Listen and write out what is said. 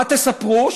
מה תספרו,